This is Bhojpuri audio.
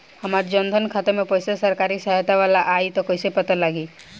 हमार जन धन खाता मे पईसा सरकारी सहायता वाला आई त कइसे पता लागी?